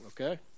Okay